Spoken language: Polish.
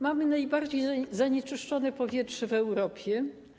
Mamy najbardziej zanieczyszczone powietrze w Europie.